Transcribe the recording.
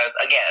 again